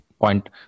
Point